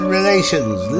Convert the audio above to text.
relations